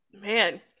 man